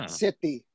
city